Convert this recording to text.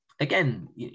again